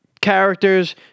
characters